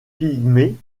pygmée